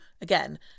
again